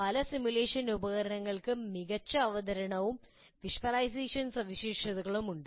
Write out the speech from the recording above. പല സിമുലേഷൻ ഉപകരണങ്ങൾക്കും മികച്ച അവതരണവും വിഷ്വലൈസേഷൻ സവിശേഷതകളും ഉണ്ട്